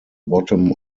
bottom